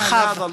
הרחב.